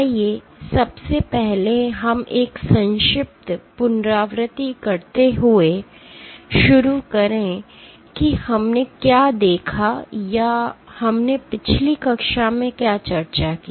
आइए सबसे पहले हम एक संक्षिप्त पुनरावृत्ति करते हुए शुरू करें कि हमने क्या देखा या हमने पिछली कक्षा में क्या चर्चा की